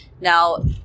Now